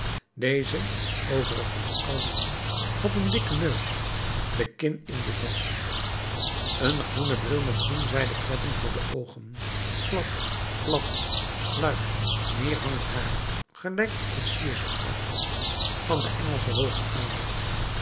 deze overigens oude man had een dikken neus de kin in de das een groene bril met groenzijden kleppen voor de oogen glad plat sluik neerhangend haar gelijk de koetsierspruik van den engelschen hoogen adel